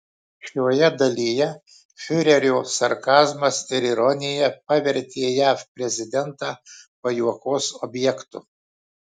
šioje dalyje fiurerio sarkazmas ir ironija pavertė jav prezidentą pajuokos objektu